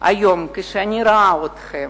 היום כשאני רואה אתכם,